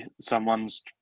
someone's